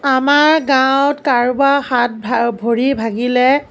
আমাৰ গাঁৱত কাৰোবাৰ হাত ভৰি ভাগিলে